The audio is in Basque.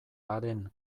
haren